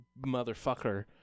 motherfucker